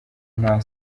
nta